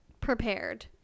prepared